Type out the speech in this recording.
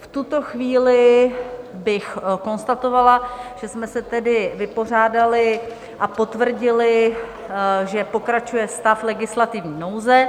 V tuto chvíli bych konstatovala, že jsme se tedy vypořádali a potvrdili, že pokračuje stav legislativní nouze.